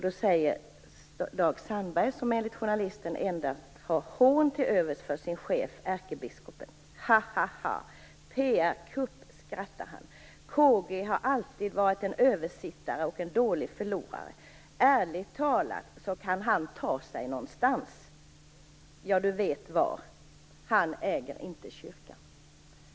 Då säger Dag Sandahl som enligt journalisten endast har hån till övers för sin chef ärkebiskopen: "Ha, ha, ha, PR-kupp, skrattar han. K.G. har alltid varit en översittare och en dålig förlorare. Ärligt talat så kan han ta sig någonstans - ja, du vet var. Han äger inte kyrkan."